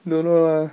don't know lah